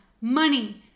money